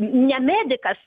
ne medikas